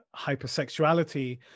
hypersexuality